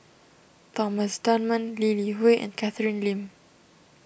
Thomas Dunman Lee Li Hui and Catherine Lim